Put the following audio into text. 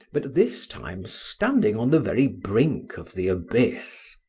but this time standing on the very brink of the abyss.